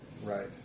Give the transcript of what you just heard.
Right